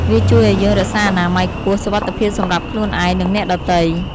វាជួយឱ្យយើងរក្សាអនាម័យខ្ពស់ សុវត្ថិភាពសម្រាប់ខ្លួនឯង និងអ្នកដទៃ។